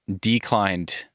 declined